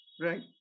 right